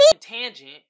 tangent